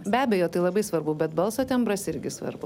be abejo tai labai svarbu bet balso tembras irgi svarbu